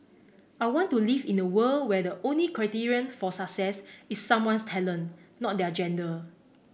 I want to live in a world where the only criterion for success is someone's talent not their gender